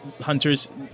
hunter's